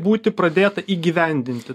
būti pradėta įgyvendinti